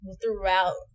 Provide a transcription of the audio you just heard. throughout